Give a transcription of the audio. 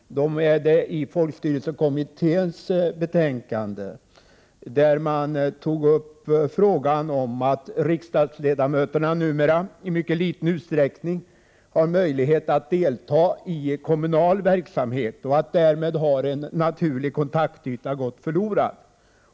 De är det i folkstyrelsekommitténs betänkande som tog upp frågan om att riksdagsledamöterna numera i mycket liten utsträckning har möjlighet att delta i kommunal verksamhet. Därmed har en naturlig kontaktyta gått förlorad.